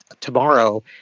tomorrow